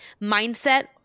mindset